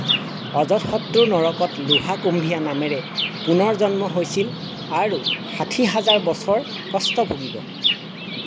অজত শত্ৰুৰ নৰকত লোহাকুম্ভিয়া নামেৰে পুনৰ জন্ম হৈছিল আৰু তাত ষাঠি হাজাৰ বছৰ কষ্ট ভুগিব